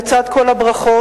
לצד כל הברכות,